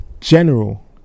General